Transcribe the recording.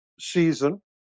season